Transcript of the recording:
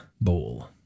bowl